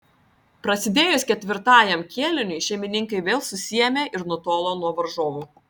prasidėjus ketvirtajam kėliniui šeimininkai vėl susiėmė ir nutolo nuo varžovų